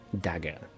dagger